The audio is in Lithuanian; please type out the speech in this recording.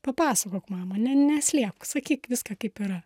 papasakok man ar ne neslėpk sakyk viską kaip yra